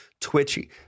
twitchy